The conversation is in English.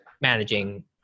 managing